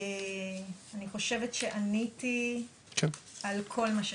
אני חושבת שעניתי על כל מה ששאלתם.